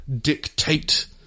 dictate